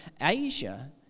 Asia